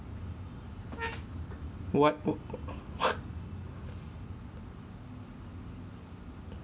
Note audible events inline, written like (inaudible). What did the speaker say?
what u~ (laughs)